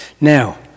now